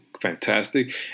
fantastic